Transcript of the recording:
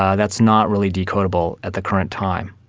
um that's not really decodable at the current time,